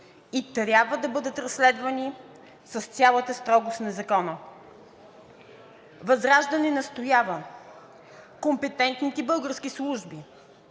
и трябва да бъдат разследвани с цялата строгост на закона. ВЪЗРАЖДАНЕ настоява компетентните български служби